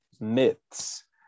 myths